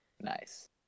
Nice